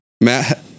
Matt